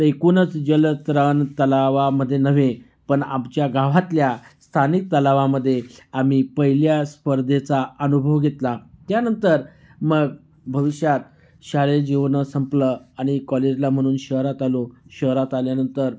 एकूणच जलतरण तलावामध्ये नव्हे पण आमच्या गावातल्या स्थानिक तलावामध्ये आम्ही पहिल्या स्पर्धेचा अनुभव घेतला त्यानंतर मग भविष्यात शालेय जीवन संपलं आणि कॉलेजला म्हणून शहरात आलो शहरात आल्यानंतर